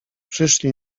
przyszli